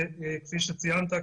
כפי שציינת,